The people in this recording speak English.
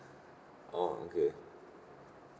oh okay